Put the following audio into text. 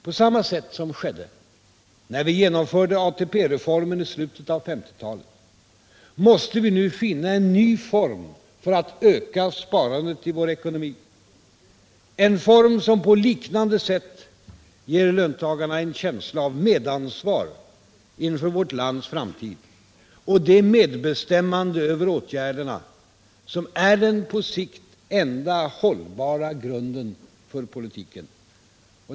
På samma sätt som skedde när vi genomförde ATP-reformen i slutet av 1950-talet måste vi nu finna en ny form att öka sparandet i vår ekonomi — en form som på liknande sätt ger löntagarna det ansvar för vårt lands framtid och det medbestämmande över åtgärderna som är den på sikt enda hållbara grunden för politiken.